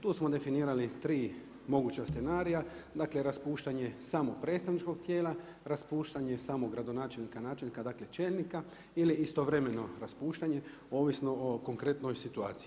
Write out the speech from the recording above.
Tu smo definirali tri moguća scenarija, dakle raspuštanje samo predstavničkog tijela, raspuštanje samo gradonačelnika, načelnika, dakle čelnika, ili istovremeno raspuštanje ovisno o konkretnoj situaciji.